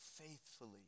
faithfully